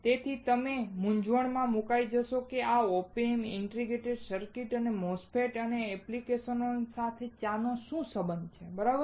તેથી તમે મૂંઝવણમાં મૂકાઈ જશો કે આ OP Amps ઇન્ટિગ્રેટેડ સર્કિટ્સ અને MOSFETS અને તેમની એપ્લિકેશનનો ચા સાથે કંઈક સંબંધ છે બરાબર